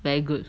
very good